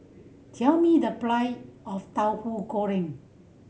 tell me the of Tauhu Goreng